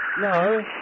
No